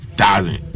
thousand